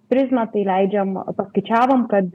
prizmę tai leidžiam paskaičiavom kad